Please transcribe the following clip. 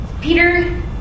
Peter